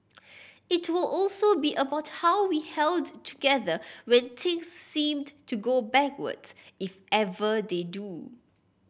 it will also be about how we held together when things seemed to go backwards if ever they do